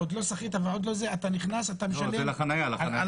עוד לא שחית ועוד לא שום דבר אתה משלם על החנייה.